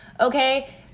okay